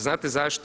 Znate zašto?